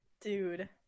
Dude